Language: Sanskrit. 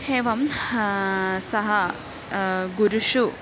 एवं सः गुरुषु